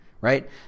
right